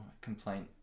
complaint